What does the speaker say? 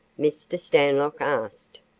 mr. stanlock asked.